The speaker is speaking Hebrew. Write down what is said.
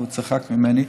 הוא צחק ממני.